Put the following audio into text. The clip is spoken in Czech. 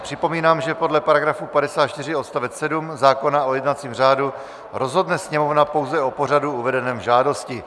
Připomínám, že podle § 54 odst. 7 zákona o jednacím řádu rozhodne Sněmovna pouze o pořadu uvedeném v žádosti.